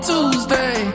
Tuesday